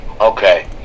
Okay